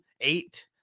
eight